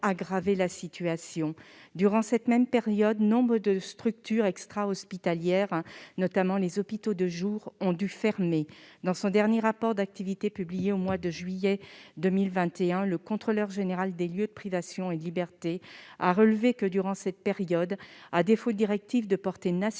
la situation. Durant cette même période, nombre de structures extrahospitalières, notamment les hôpitaux de jour, ont dû fermer. Dans son dernier rapport d'activité publié au mois de juillet 2021, le contrôleur général des lieux de privation de liberté a relevé que, durant cette période, à défaut de directives de portée nationale,